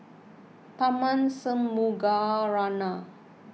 Tharman Shanmugaratnam